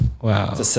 Wow